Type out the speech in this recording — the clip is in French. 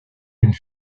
d’une